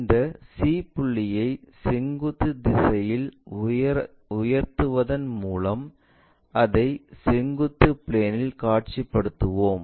இந்த c புள்ளியை செங்குத்து திசையில் உயர்த்துவதன் மூலம் அதை செங்குத்து பிளேனில் காட்சிப்படுத்துவோம்